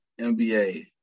NBA